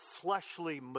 fleshly